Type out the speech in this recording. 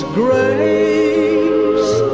grace